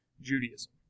Judaism